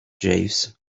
jeeves